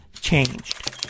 changed